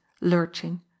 lurching